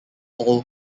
all